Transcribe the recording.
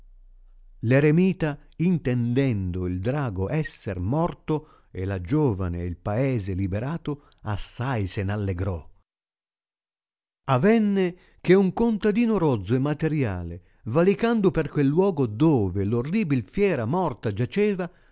l'eremita intendendo il drago esser morto e la giovane e il paese liberato assai se n allegrò avenne che un contadino rozzo e materiale valicando per quel luogo dove l'orribil fiera morta giaceva